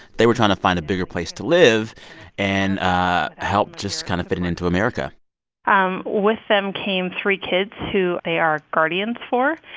they were trying to find a bigger place to live and ah help just kind of fitting into america um with them came three kids who they are guardians for,